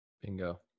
Bingo